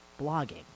blogging